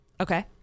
okay